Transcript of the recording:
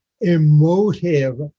emotive